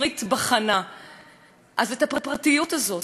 אז את הפרטיות הזאת ואת המקום הזה ואת היחד הזה,